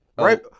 Right